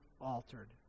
altered